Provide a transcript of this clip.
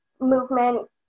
movement